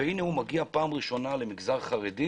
והנה הוא מגיע לראשונה למגזר חרדי,